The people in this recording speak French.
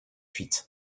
huit